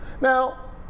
Now